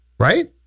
Right